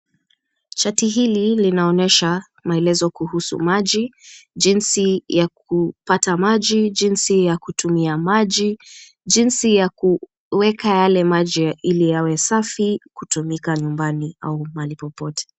Sharti hili linaonyesha maelezo kuhusu maji, jinsi ya kupata maji, jinsi ya kutumia maji. Jinsi ya kuweka yale maji, ili yawe safi kutumika nyumbani au pahali popote.